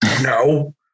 No